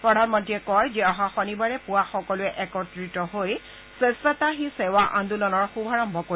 প্ৰধানমন্ত্ৰীয়ে কয় যে অহা শনিবাৰে পুৱা সকলোৱে একত্ৰিত হৈ 'স্বচ্ছতা হী সেৱা' আন্দোলনৰ শুভাৰম্ভ কৰিব